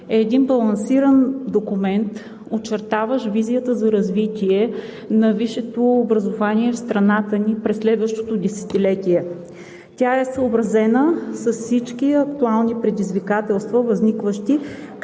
е един балансиран документ, очертаващ визията за развитие на висшето образование в страната ни през следващото десетилетие, с всички актуални предизвикателства, възникващи